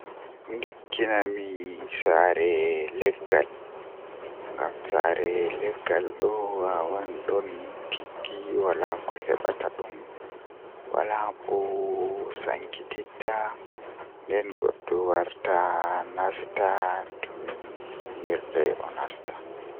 Ndikkinami saare leggal ngam saare leggal do wawan don diggi wala ko hebata dum wala ko sankititta nden goddo warata nasta tomi yerdai o nasta.